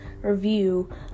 review